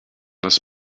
das